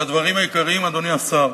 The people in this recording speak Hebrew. והדברים העיקריים, אדוני השר,